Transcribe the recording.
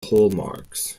hallmarks